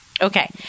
Okay